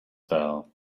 fell